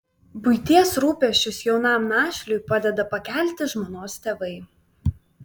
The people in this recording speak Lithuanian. buities rūpesčius jaunam našliui padeda pakelti žmonos tėvai